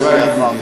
ישראל ידידי,